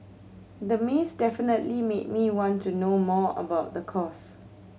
the maze definitely made me want to know more about the course